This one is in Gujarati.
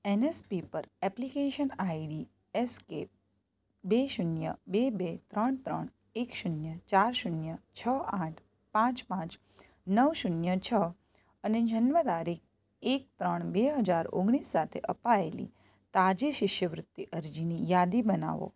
એનએસપી પર એપ્લિકેશન આઈડી એસ કે બે શૂન્ય બે બે ત્રણ ત્રણ એક શૂન્ય ચાર શૂન્ય છ આઠ પાંચ પાંચ નવ શૂન્ય છ અને જન્મતારીખ એક ત્રણ બે હજાર ઓગણીસ સાથે અપાયેલી તાજી શિષ્યવૃત્તિ અરજીની યાદી બનાવો